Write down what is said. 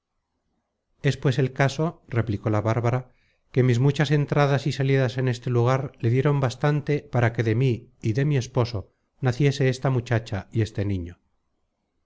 pues el caso replicó la bárbara que mis muchas entradas y salidas en este lugar le dieron bastante para que de mí y de mi esposo naciese esta muchacha y este niño